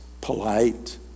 polite